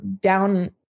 down